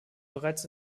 bereits